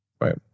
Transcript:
right